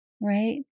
Right